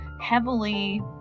heavily